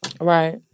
Right